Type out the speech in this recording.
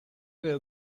will